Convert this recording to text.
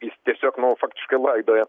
jis tiesiog nu faktiškai laidoja